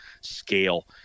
scale